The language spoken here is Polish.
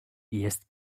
jest